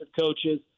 coaches